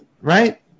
right